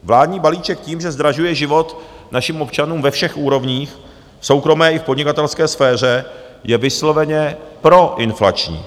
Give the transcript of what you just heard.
Vládní balíček tím, že zdražuje život našim občanům ve všech úrovních, v soukromé i podnikatelské sféře, je vysloveně proinflační.